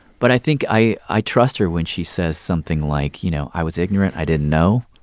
but i think i i trust her when she says something like, you know, i was ignorant i didn't know.